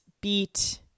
beat